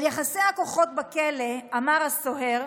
על יחסי הכוחות בכלא אמר הסוהר: